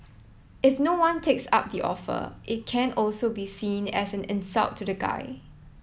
if no one takes up the offer it can also be seen as an insult to the guy